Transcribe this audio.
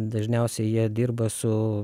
dažniausiai jie dirba su